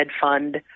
fund